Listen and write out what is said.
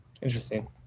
interesting